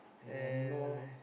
is there any more